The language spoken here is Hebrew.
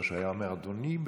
הוא היה אומר: אדוני,